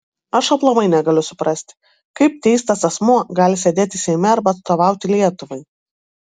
aš aplamai negaliu suprasti kaip teistas asmuo gali sėdėti seime arba atstovauti lietuvai